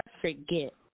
forget